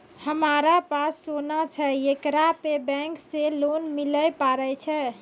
हमारा पास सोना छै येकरा पे बैंक से लोन मिले पारे छै?